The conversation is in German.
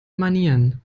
manieren